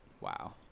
Wow